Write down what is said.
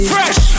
Fresh